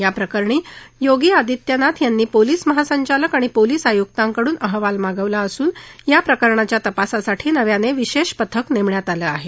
याप्रकरणी योगी आदित्यनाथ यांनी पोलीस महासंचालक आणि पोलीस आयुकांकडून अहवाल मागवला असून या प्रकरणाच्या तपासासाठी नव्यानं विशेष पथक नेमण्यात आलं आहे